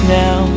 now